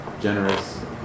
generous